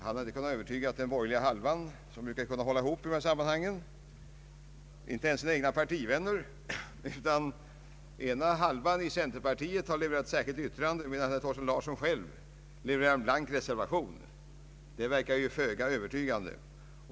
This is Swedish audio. Han har inte kunnat övertyga den borgerliga hälften i utskottet, som brukar kunna hålla ihop i olika sammanhang, och inte ens sina egna partivänner, utan den ena hälften av centerpartiets representanter har avgivit ett särskilt yttrande, medan herr Thorsten Larsson själv har avgivit en blank reservation. Detta verkar föga övertygande.